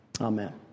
Amen